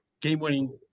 game-winning –